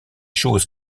choses